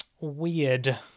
Weird